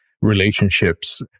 relationships